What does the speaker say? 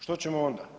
Što ćemo onda?